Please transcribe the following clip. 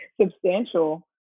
substantial